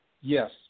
yes